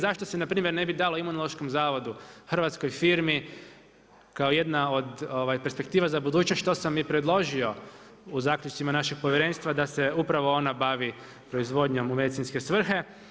Zašto se npr. ne bi dalo Imunološkom zavodu, hrvatskoj firmi kao jedna od perspektiva za budućnost, što sam i preložio u zaključcima našeg povjerenstva, da se upravo ona bavi proizvodnjom u medicinske svrhe.